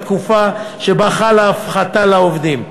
בתקופה שבה חלה ההפחתה לעובדים,